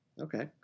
Okay